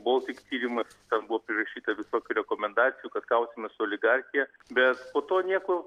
boltik tyrimas ten buvo prirašyta visokių rekomendacijų kad kausimės su oligarchija bet po to nieko